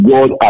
God